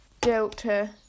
Delta